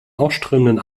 ausströmenden